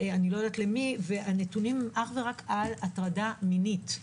איני יודעת למי - והנתונים הם רק על הטרדה מינית.